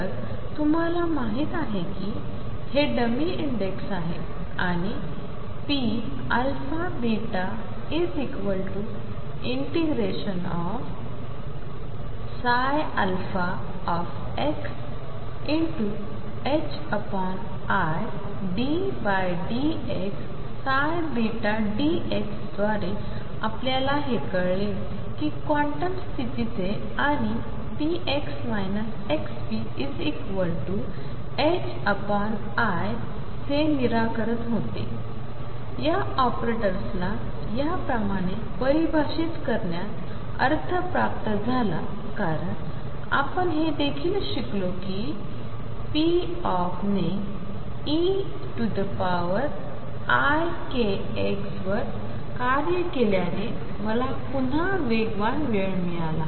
तर तुम्हाला माहित आहे की हे डमी इंडेक्स आहेत आणि pαβ∫xiddx dx याद्वारे आपल्याला हे कळले की क्वांटम स्थितीचे आणि px xpiI चे निराकरण होते या ऑपरेटर्सना याप्रमाणे परिभाषित करण्यात अर्थ प्राप्त झाला कारण आपण हे देखील शिकलो की pop ने eikx वर कार्य केल्याने मला पुन्हा वेगवान वेळ मिळाला